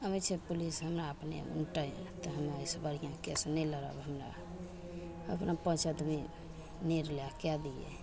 आबै छै पुलिस हमरा अपने लुटै तऽ हम एहिसे बढ़िआँ केस नहि लड़ब हमरा अपना पाँच आदमी निर्णय कै दिए